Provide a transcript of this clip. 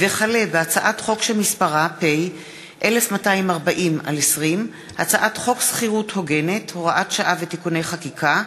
הצעת חוק זכויות הסטודנט (תיקון,